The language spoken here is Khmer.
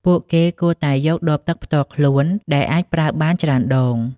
ពួកគេគួរតែយកដបទឹកផ្ទាល់ខ្លួនដែលអាចប្រើបានច្រើនដង។